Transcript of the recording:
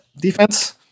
defense